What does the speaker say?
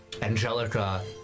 Angelica